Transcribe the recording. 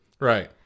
Right